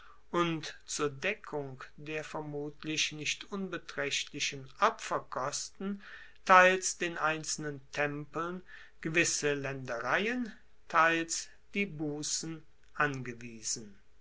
und zur deckung der vermutlich nicht unbetraechtlichen opferkosten teils den einzelnen tempeln gewisse laendereien teils die bussen angewiesen